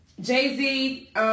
Jay-Z